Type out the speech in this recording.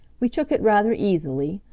we took it rather easily,